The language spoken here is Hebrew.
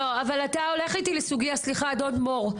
לא, אדון מור,